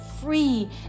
free